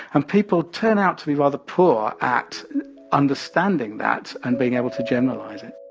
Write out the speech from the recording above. and people turn out to be rather poor at understanding that and being able to generalize it